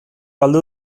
galdu